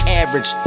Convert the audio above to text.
average